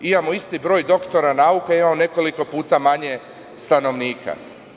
Imamo isti broj doktora nauka, a imamo nekoliko puta manje stanovnika.